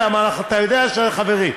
אתה יודע שאנחנו חברים,